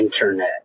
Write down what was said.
internet